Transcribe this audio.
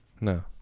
No